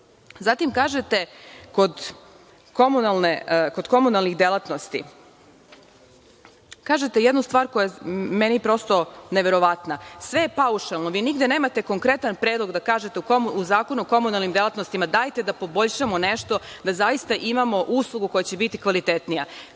kažete kod komunalnih delatnosti jednu stvar koja je meni prosto neverovatna. Sve je paušalno, vi nemate nigde konkretan predlog da kažete u Zakonu o komunalnim delatnostima dajte da poboljšamo nešto da zaista imamo uslugu koja će biti kvalitetnija.